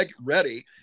ready